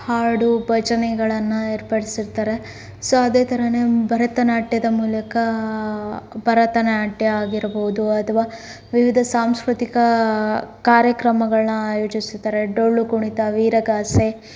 ಹಾಡು ಭಜನೆಗಳನ್ನು ಏರ್ಪಡ್ಸಿರ್ತಾರೆ ಸೊ ಅದೇ ಥರನೇ ಭರತನಾಟ್ಯದ ಮೂಲಕ ಭರತನಾಟ್ಯ ಆಗಿರ್ಬೊದು ಅಥವಾ ವಿವಿಧ ಸಾಂಸ್ಕೃತಿಕ ಕಾರ್ಯಕ್ರಮಗಳನ್ನ ಆಯೋಜಿಸುತ್ತಾರೆ ಡೊಳ್ಳು ಕುಣಿತ ವೀರಗಾಸೆ